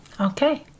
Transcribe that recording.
Okay